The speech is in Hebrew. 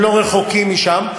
והם לא רחוקים משם,